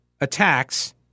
attacks